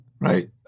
right